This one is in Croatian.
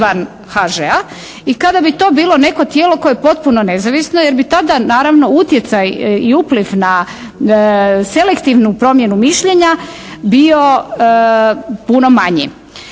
i kada bi to bilo neko tijelo koje je potpuno nezavisno jer bi tada naravno utjecaj i upliv na selektivnu promjenu mišljenja bio puno manji.